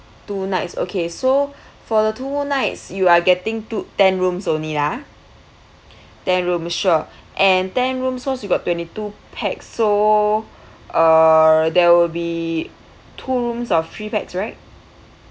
two nights okay so for the two nights you are getting two ten rooms only ha ten rooms sure and ten rooms so you got twenty two pax so uh there will be two rooms of three pax right